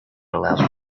allows